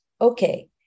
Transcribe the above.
Okay